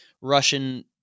russian